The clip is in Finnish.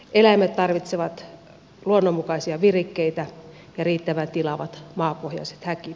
eläimet tarvitsevat luonnonmukaisia virikkeitä ja riittävän tilavat maapohjaiset häkit